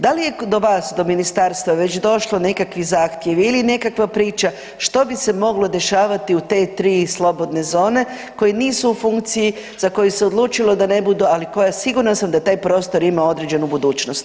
Dakle je do vas, do ministarstva već došlo nekakvih zahtjev ili nekakva priča što bi se moglo dešavati u 3 tri slobodne zone koje nisu u funkciji, za koje se odlučilo da ne budu ali koja sigurna sam da taj prostor ima određenu budućnost?